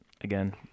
again